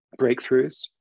breakthroughs